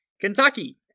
Kentucky